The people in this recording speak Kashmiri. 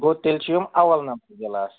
گوٚو تیٚلہِ چھِ یِم اول نمبر گِلاس